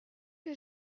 que